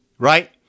Right